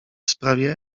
sprawie